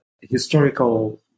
historical